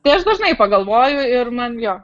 tai aš dažnai pagalvoju ir man jo